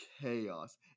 chaos